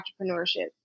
entrepreneurship